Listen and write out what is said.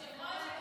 היושב-ראש,